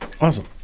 awesome